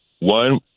One